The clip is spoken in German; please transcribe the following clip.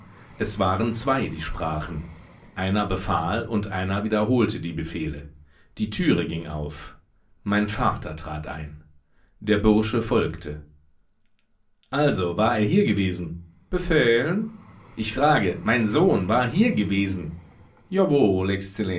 es waren zwei die sprachen einer befahl und einer wiederholte die befehle die türe ging auf mein vater trat ein der bursche folgte also er war hier gewesen befehlen ich frage mein sohn war hier gewesen jawohl